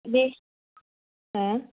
बे हो